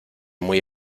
muy